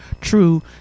true